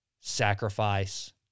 sacrifice